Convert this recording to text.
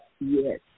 Yes